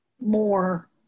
more